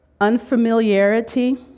unfamiliarity